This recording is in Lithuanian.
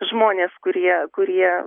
žmonės kurie kurie